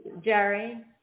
Jerry